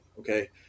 okay